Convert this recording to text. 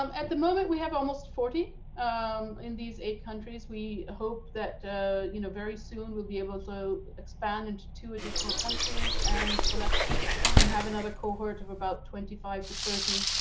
um at the moment we have almost forty um in these eight countries. we hope that you know very soon we'll be able so to expand and to to additional countries and select and have another cohort of about twenty five to thirty